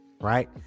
right